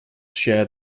share